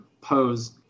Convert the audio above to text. pose